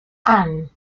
han